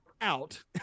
out